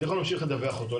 התיכון ממשיך לדווח אותו.